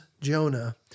Jonah